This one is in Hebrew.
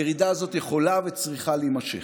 הירידה הזאת יכולה וצריכה להימשך.